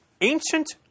ancient